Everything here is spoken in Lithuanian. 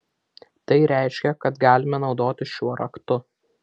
tai reiškia kad galime naudotis šiuo raktu